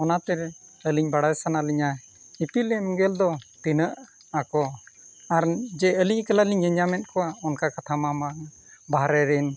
ᱚᱱᱟᱛᱮ ᱟᱹᱞᱤᱧ ᱵᱟᱲᱟᱭ ᱥᱟᱱᱟ ᱞᱤᱧᱟ ᱤᱯᱤᱞ ᱮᱸᱜᱮᱞ ᱫᱚ ᱛᱤᱱᱟᱹᱜ ᱟᱠᱚ ᱟᱨ ᱡᱮ ᱟᱹᱞᱤᱧ ᱮᱠᱞᱟ ᱞᱤᱧ ᱧᱮᱞ ᱧᱟᱢᱮᱜ ᱠᱚᱣᱟ ᱚᱱᱠᱟ ᱠᱟᱛᱷᱟ ᱢᱟ ᱵᱟᱝ ᱵᱟᱦᱨᱮ ᱨᱮᱱ